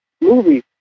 movie